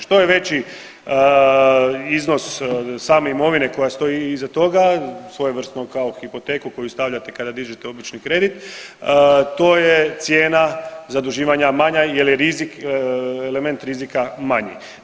Što je veći iznos same imovine koja stoji iza toga, svojevrsnu kao hipoteku koju stavljate kada dižete obični kredit to je cijena zaduživanja manja jer je rizik, element rizika manji.